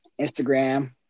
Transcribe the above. Instagram